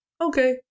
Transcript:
Okay